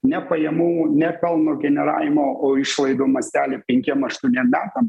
ne pajamų ne pelno generavimo o išlaidų mastelį penkiem aštuoniem metam